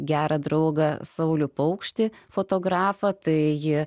gerą draugą saulių paukštį fotografą taigi